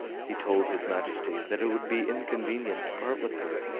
he told his majesty that it would be inconvenient to part with her,